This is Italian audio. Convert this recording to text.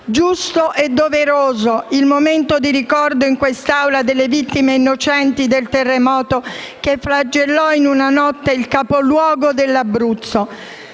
Giusto e doveroso è il momento di ricordo in quest'Assemblea delle vittime innocenti del terremoto che flagellò in una notte il capoluogo dell'Abruzzo,